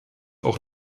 auch